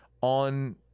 on